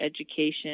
education